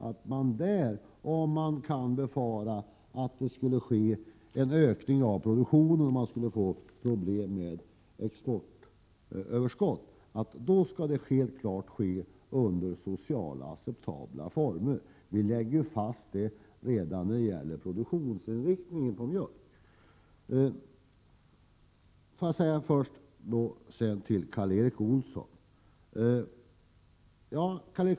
Vi menar att om det kan befaras att det sker en sådan ökning av produktionen att man skulle få problem med exportöverskott, då skall det hela regleras under socialt acceptabla former. Vi lägger fast detta redan i fråga om produktionsinriktningen på mjölk. Sedan till Karl Erik Olsson.